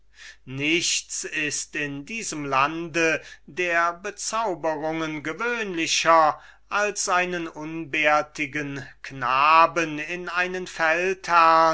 nichts ist in diesem lande der bezauberungen gewöhnlicher als einen unbärtigen knaben in einen